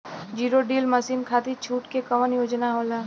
Zero deal मासिन खाती छूट के कवन योजना होला?